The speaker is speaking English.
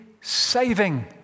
saving